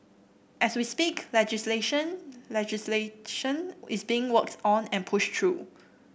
as we speak legalisation legislation is being worked on and pushed through